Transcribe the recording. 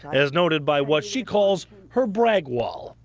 as noted by what she calls her brag wall.